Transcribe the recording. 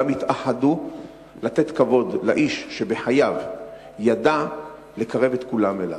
כולם התאחדו לתת כבוד לאיש שבחייו ידע לקרב את כולם אליו,